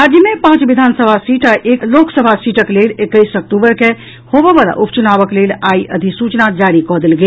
राज्य मे पांच विधानसभा सीट आ एक लोकसभा सीटक लेल एकैस अक्टूबर के होबयवला उपचुनावक लेल आइ अधिसूचना जारी कऽ देल गेल